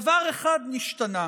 דבר אחד נשתנה,